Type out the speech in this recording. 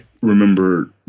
remember